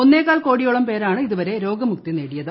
ഒന്നേകാൽ കോടിയോളം പേരാണ് ഇതുവരെ രോഗമുക്തി നേടിയ ത്